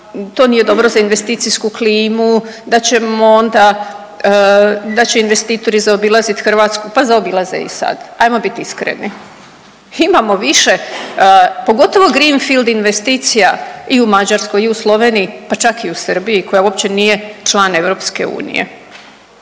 to nije dobro za investicijsku klimu, da ćemo onda, da će investitori zaobilaziti Hrvatsku, pa zaobilaze i sad, ajmo biti iskreni. Imamo više, pogotovo greenfield investicija i u Mađarskoj i u Sloveniji, pa čak i u Srbiji koja uopće nije član EU tako da